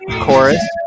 chorus